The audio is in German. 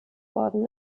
worden